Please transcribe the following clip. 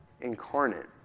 incarnate